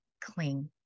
cling